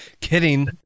Kidding